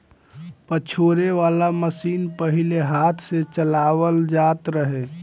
पछोरे वाला मशीन पहिले हाथ से चलावल जात रहे